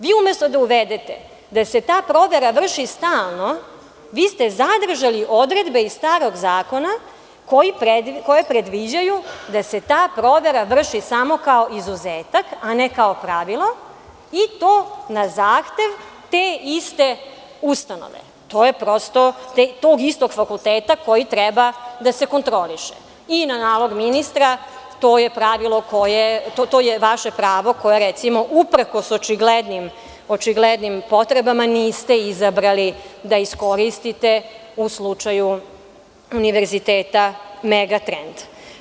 Vi umesto da uvedete da se ta provera vrši stalno, vi ste zadržali odredbe iz starog zakona koje predviđaju da se ta provera vrši samo kao izuzetak, a ne kao pravilo i to na zahtev te iste ustanove, tog istog fakulteta koji treba da se kontroliše i na nalog ministra to je vaše pravo koje uprkos očiglednim potreba niste izabrali da iskoristite u slučaju univerziteta Megatrend.